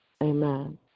Amen